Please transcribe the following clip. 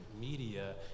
media